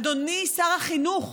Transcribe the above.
אדוני שר החינוך,